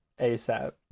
ASAP